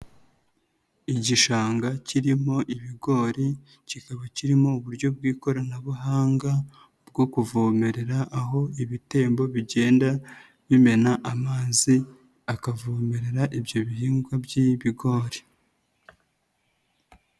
Igishanga kirimo ibigori kikaba kirimo uburyo bw'ikoranabuhanga bwo kuvomerera, aho ibitembo bigenda bimena amazi akavomerera ibyo bihingwa by'ibigori.